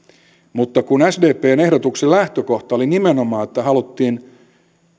mutta kun sdpn ehdotuksen lähtökohta oli nimenomaan että haluttiin